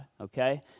okay